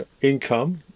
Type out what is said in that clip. income